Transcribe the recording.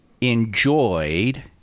enjoyed